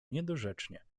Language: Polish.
niedorzecznie